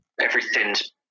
everything's